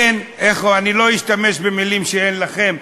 אין, אני לא אשתמש במילים שאין לכם,